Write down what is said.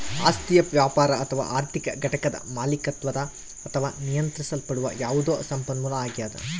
ಆಸ್ತಿಯು ವ್ಯಾಪಾರ ಅಥವಾ ಆರ್ಥಿಕ ಘಟಕದ ಮಾಲೀಕತ್ವದ ಅಥವಾ ನಿಯಂತ್ರಿಸಲ್ಪಡುವ ಯಾವುದೇ ಸಂಪನ್ಮೂಲ ಆಗ್ಯದ